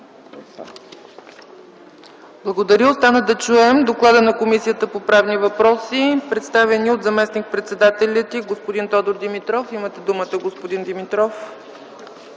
Благодаря. Остана да чуем доклада на Комисията по правни въпроси, представен ни от заместник-председателя й господин Тодор Димитров. Имате думата господин Димитров.